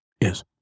Yes